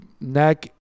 neck